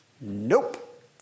Nope